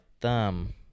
thumb